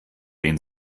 den